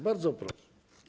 Bardzo proszę.